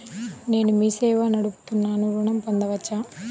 నేను మీ సేవా నడుపుతున్నాను ఋణం పొందవచ్చా?